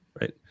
Right